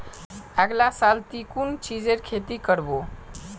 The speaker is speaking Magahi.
अगला साल ती कुन चीजेर खेती कर्बो